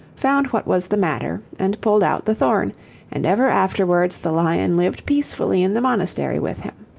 found what was the matter, and pulled out the thorn and ever afterwards the lion lived peacefully in the monastery with him.